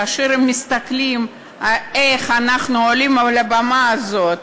כאשר הם מסתכלים איך אנחנו עולים לבמה הזאת